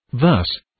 Thus